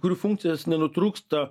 kurių funkcijos nenutrūksta